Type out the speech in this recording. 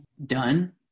done